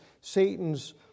Satan's